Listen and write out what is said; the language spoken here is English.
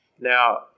Now